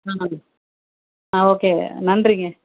ஆ ஆ ஓகே நன்றிங்க